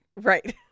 Right